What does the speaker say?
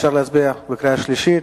אפשר להצביע בקריאה השלישית?